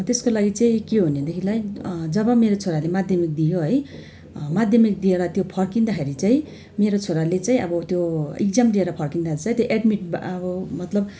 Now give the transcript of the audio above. त्यसको लागि चाहिँ के हो भनेदेखिलाई जब मेरो छोराले माध्यमिक दियो है माध्यामिक दिएर त्यो फर्किँदाखेरि चाहिँ मेरो छोराले चाहिँ अब त्यो एक्जाम दिएर फर्किँदा चाहिँ त्यो एडमिट अब मतलब